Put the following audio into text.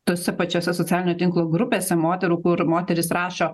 tose pačiose socialinio tinklo grupėse moterų kur moterys rašo